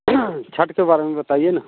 छठ के बारे में बताइए ना